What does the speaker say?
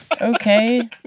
Okay